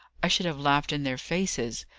i should have laughed in their faces,